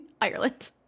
Ireland